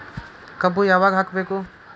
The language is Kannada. ಕಬ್ಬು ಯಾವಾಗ ಹಾಕಬೇಕು?